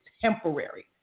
temporary